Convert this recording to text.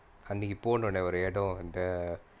அன்னைக்கி போனோனே ஒரு இடோ அந்த:annaikki pononae oru ido antha